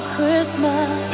Christmas